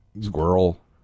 Squirrel